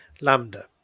Lambda